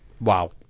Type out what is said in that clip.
Wow